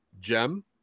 gem